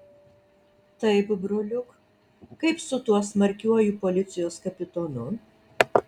taip broliuk kaip su tuo smarkiuoju policijos kapitonu